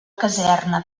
caserna